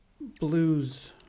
blues